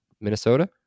Minnesota